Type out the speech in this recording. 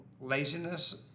laziness